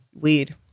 weed